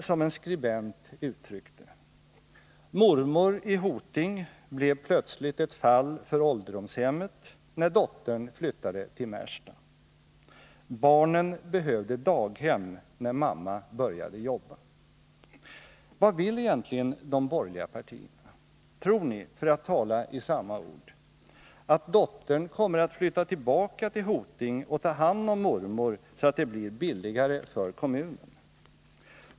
Som en skribent uttryckt det: Mormor i Hoting blev plötsligt ett fall för ålderdomshem, när dottern flyttade till Märsta. Barnen behövde daghem när mamma började jobba. — Vad vill egentligen de borgerliga partierna? Tror ni, för att tala i samma ord, att dottern kommer att flytta tillbaka till Hoting och ta hand om mormor så att det blir billigare för kommunen?